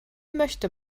möchte